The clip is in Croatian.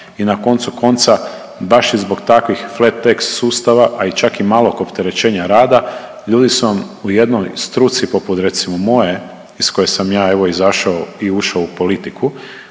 i na koncu konca, baš i zbog takvih flat tax sustava, a i čak malog opterećenja rada, ljudi su vam u jednoj struci poput, recimo, moje, iz koje sam ja evo, izašao i ušao u politiku,